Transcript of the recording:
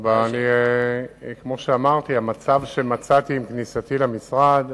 כמו שאמרתי, המצב שמצאתי עם כניסתי למשרד,